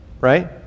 right